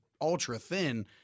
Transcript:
ultra-thin